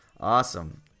awesome